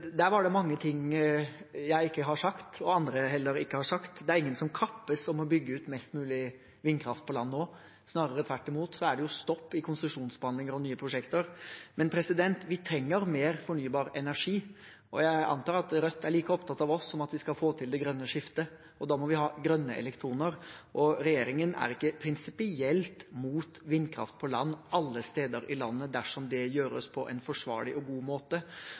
Der var det mange ting jeg ikke har sagt, og som andre heller ikke har sagt. Det er ingen som kappes om å bygge ut mest mulig vindkraft på land nå. Snarere tvert imot er det stopp i konsesjonsbehandlinger av nye prosjekter. Men vi trenger mer fornybar energi, og jeg antar at Rødt er like opptatt som oss av at vi skal få til det grønne skiftet. Da må vi ha grønne elektroner, og regjeringen er ikke prinsipielt imot vindkraft på land alle steder i landet dersom det gjøres på en forsvarlig og god måte.